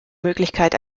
möglichkeit